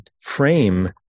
frame